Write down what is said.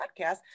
podcast